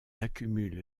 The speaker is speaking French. accumule